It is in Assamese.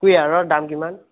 কুঁহিয়াৰৰ দাম কিমান